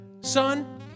son